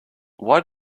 why